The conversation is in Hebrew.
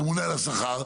הממונה על השכר,